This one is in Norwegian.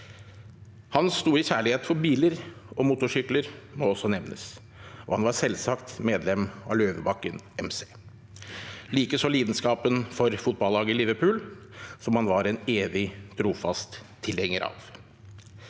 Hans store kjærlighet for biler og motorsykler må også nevnes, og han var selvsagt medlem av Løvebakken MC-klubb – likeså lidenskapen for fotballaget Liverpool, som han var en evig trofast tilhenger av.